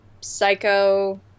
Psycho